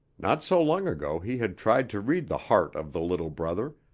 not so long ago he had tried to read the heart of the little brother,